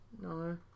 No